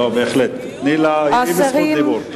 היא בזכות דיבור.